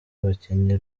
abakinnyi